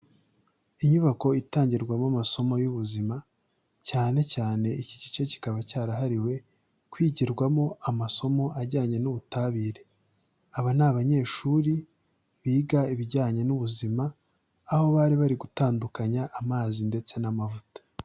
Inyubako itangirwamo amasomo y'ubuzima cyane cyane iki gice kikaba cyarahariwe kwigirwamo amasomo ajyanye n'ubutabire, aba ni abanyeshuri biga ibijyanye n'ubuzima, aho bari bari gutandukanya amazi ndetse n'amavuta.